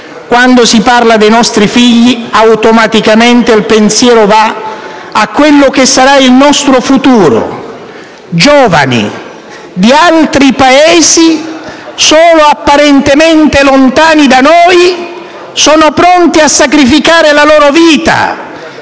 Quando si parla dei nostri figli, automaticamente il pensiero va a quello che sarà il nostro futuro: giovani di altri Paesi, solo apparentemente lontani da noi, sono pronti a sacrificare la loro vita,